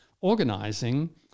organizing